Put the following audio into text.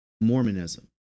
Mormonism